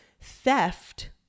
theft